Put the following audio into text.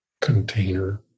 container